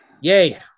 yay